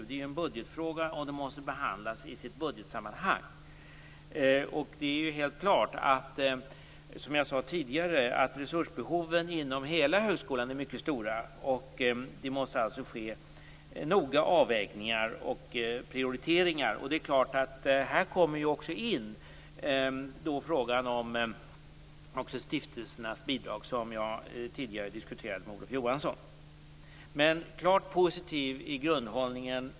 Det är ju en budgetfråga, och den måste behandlas i sitt budgetsammanhang. Helt klart är resursbehoven inom hela högskolan är mycket stora, som jag sade tidigare, och det måste alltså ske noggranna avvägningar och prioriteringar. Här kommer förstås också frågan om stiftelsernas bidrag in, som jag tidigare diskuterade med Olof Johansson. Men vår grundhållning är klart positiv.